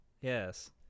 Yes